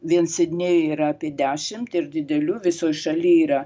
vien sidnėjuj yra apie dešim ir didelių visoj šaly yra